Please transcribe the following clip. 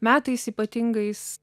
metais ypatingais